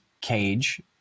cage